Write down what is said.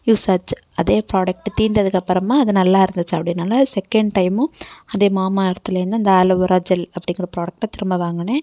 use ஆச்சு அதே product தீர்ந்ததுக்கு அப்புறமா அது நல்லா இருந்துச்சு அப்படினால் செகண்ட் டைமும் அதே மாமாஎர்த்லிருந்து அந்த ஆலோவேரா ஜெல் அப்படிங்குற ப்ராடக்ட்டை திரும்ப வாங்குனேன்